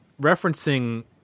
referencing